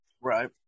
Right